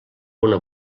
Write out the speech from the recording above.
una